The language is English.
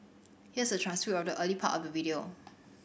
here's a transcript of the early part of the video